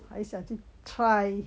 还想去 try